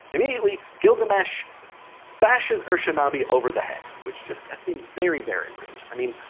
immediately, gilgamesh bashes ur-shanabi over the head. which just, that seems very, very rude i mean,